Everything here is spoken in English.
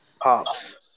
Pops